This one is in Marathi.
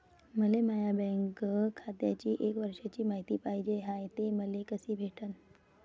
मले माया बँक खात्याची एक वर्षाची मायती पाहिजे हाय, ते मले कसी भेटनं?